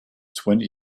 twenty